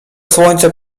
słońce